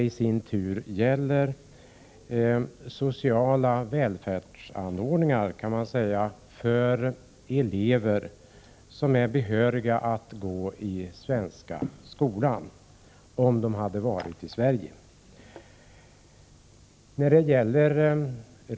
Motionen gäller sociala välfärdsanordningar, kan man säga, för elever som är behöriga att gå i den svenska skolan, om de hade varit i Sverige.